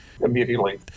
immediately